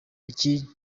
icyiciro